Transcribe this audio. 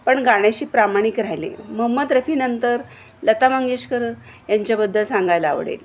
पण गाण्याशी प्रामाणिक राहिले महंमद रफीनंतर लता मंगेशकर यांच्याबद्दल सांगायला आवडेल